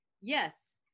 yes